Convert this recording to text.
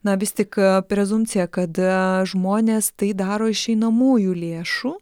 na vis tik prezumpciją kada žmonės tai daro iš einamųjų lėšų